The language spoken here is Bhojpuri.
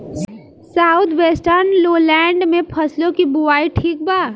साउथ वेस्टर्न लोलैंड में फसलों की बुवाई ठीक बा?